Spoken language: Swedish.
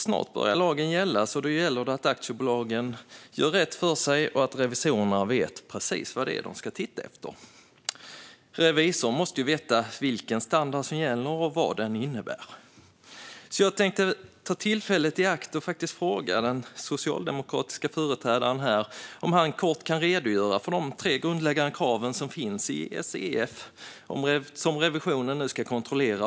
Snart börjar lagen gälla, och då måste aktiebolagen göra rätt för sig och revisorerna veta precis vad de ska titta efter. Revisorn måste ju veta vilken standard som gäller och vad den innebär. Jag vill ta tillfället i akt och fråga den socialdemokratiska företrädaren här om han kort kan redogöra för de tre grundläggande krav i Esef som revisionen nu ska kontrollera.